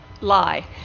lie